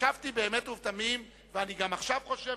חשבתי באמת ובתמים וגם עכשיו אני חושב